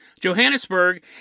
Johannesburg